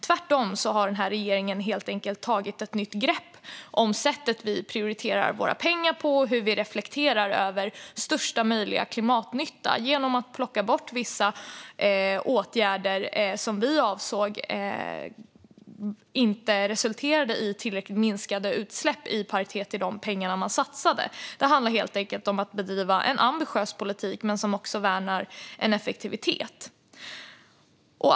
Tvärtom har den här regeringen helt enkelt tagit ett nytt grepp om sättet vi prioriterar våra pengar på och reflekterar över största möjliga klimatnytta genom att plocka bort vissa åtgärder som vi ansåg inte resulterade i tillräckligt minskade utsläpp i paritet med de pengar man satsade. Det handlar helt enkelt om att bedriva en politik som är ambitiös men också värnar effektivitet.